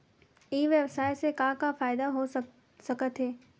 ई व्यवसाय से का का फ़ायदा हो सकत हे?